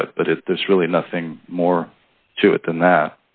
do it but if there's really nothing more to it than that